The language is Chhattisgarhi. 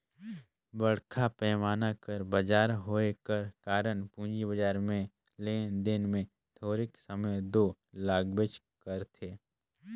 बड़खा पैमान कर बजार होए कर कारन पूंजी बजार में लेन देन में थारोक समे दो लागबेच करथे